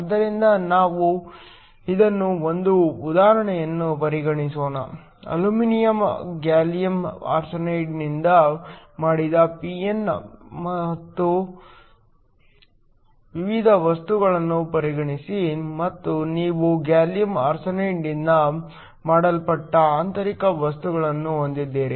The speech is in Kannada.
ಆದ್ದರಿಂದ ನಾವು ಇದಕ್ಕೆ ಒಂದು ಉದಾಹರಣೆಯನ್ನು ಪರಿಗಣಿಸೋಣ ಅಲ್ಯೂಮಿನಿಯಂ ಗ್ಯಾಲಿಯಂ ಆರ್ಸೆನೈಡ್ನಿಂದ ಮಾಡಿದ p ಮತ್ತು n ವಿಧದ ವಸ್ತುಗಳನ್ನು ಪರಿಗಣಿಸಿ ಮತ್ತು ನೀವು ಗ್ಯಾಲಿಯಂ ಆರ್ಸೆನೈಡ್ನಿಂದ ಮಾಡಲ್ಪಟ್ಟ ಆಂತರಿಕ ವಸ್ತುವನ್ನು ಹೊಂದಿದ್ದೀರಿ